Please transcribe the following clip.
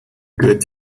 good